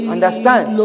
Understand